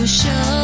show